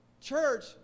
church